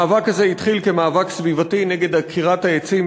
המאבק הזה התחיל כמאבק סביבתי נגד עקירת העצים